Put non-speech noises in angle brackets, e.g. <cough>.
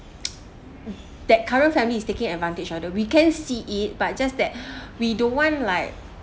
<noise> ugh that current family is taking advantage of the we can see it but just that <breath> we don't want like